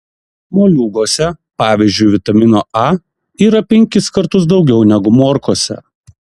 moliūguose pavyzdžiui vitamino a yra penkis kartus daugiau negu morkose